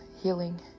healing